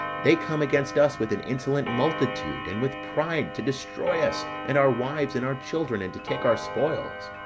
they come against us with an insolent multitude, and with pride, to destroy us, and our wives, and our children, and to take our spoils.